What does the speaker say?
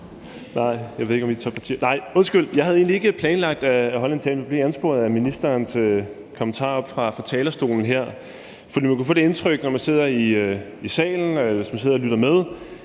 Jeg havde egentlig ikke planlagt at holde en tale, men jeg blev ansporet af ministerens kommentarer fra talerstolen her. For når man sidder i salen eller sidder og lytter med,